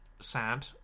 sad